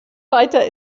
weiter